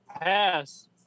pass